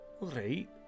Right